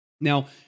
Now